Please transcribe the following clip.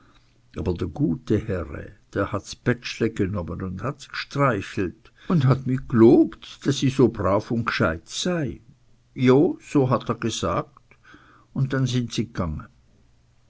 aber der gute herre der hat's pätschle g'nomme un hat's g'streichelt un hat mi g'lobt deß i so brav un g'scheit sei jo so hat er g'sagt und dann sind sie